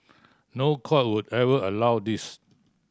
no court would ever allow this